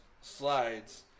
slides